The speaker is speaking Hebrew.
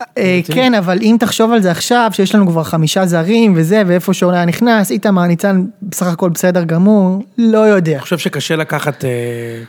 כן אבל אם תחשוב על זה עכשיו שיש לנו כבר חמישה זרים וזה ואיפה שהוא היה נכנס, איתמר ניצן בסך הכל בסדר גמור. לא יודע. -אני חושב שקשה לקחת.